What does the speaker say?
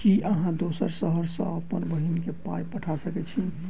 की अहाँ दोसर शहर सँ अप्पन बहिन केँ पाई पठा सकैत छी?